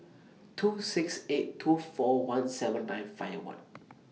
two six eight two four one seven nine five one